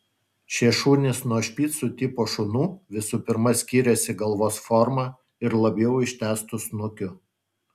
šie šunys nuo špicų tipo šunų visų pirma skyrėsi galvos forma ir labiau ištęstu snukiu